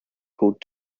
called